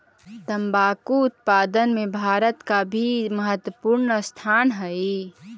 तंबाकू उत्पादन में भारत का भी महत्वपूर्ण स्थान हई